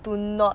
do not